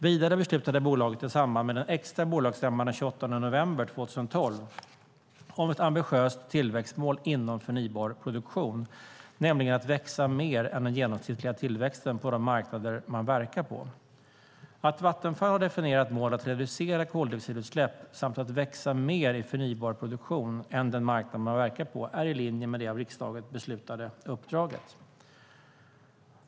Vidare beslutade bolaget i samband med den extra bolagsstämman den 28 november 2012 om ett ambitiöst tillväxtmål inom förnybar produktion, nämligen att växa mer än den genomsnittliga tillväxten på de marknader man verkar på. Att Vattenfall har definierat mål att reducera koldioxidutsläpp samt att växa mer i förnybar produktion än den marknad man verkar på är i linje med det av riksdagen beslutade uppdraget.